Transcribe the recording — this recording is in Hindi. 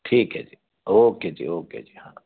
ठीक है जी ओके जी ओके जी हाँ